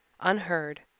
unheard